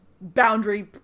boundary